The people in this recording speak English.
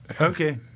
Okay